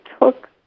took